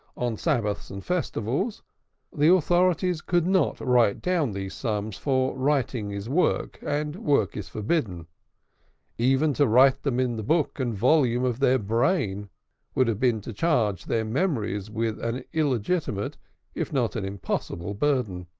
on sabbaths and festivals the authorities could not write down these sums, for writing is work and work is forbidden even to write them in the book and volume of their brain would have been to charge their memories with an illegitimate if not an impossible burden.